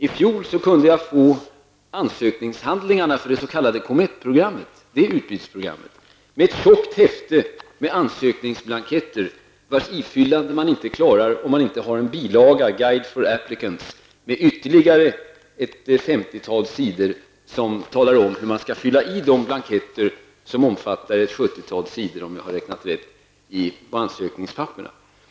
I fjol kunde jag få ansökningshandlingarna för det s.k. COMETT-programmet med ett tjockt häfte med ansökningsblanketter vars ifyllande man inte klarar om man inte har bilagan Guide for applicants med ytterligare ett femtiotal sidor där det framgår hur man skall fylla i de blanketter som omfattar ett sjuttiotal sidor, om jag har räknat rätt, av ansökningshandlingar.